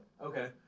Okay